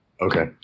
Okay